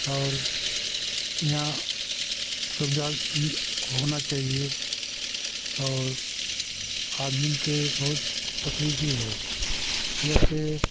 और इहाँ सुविधा होना चाहिए और आदमी के बहुत तकलीफ भी है ऐसे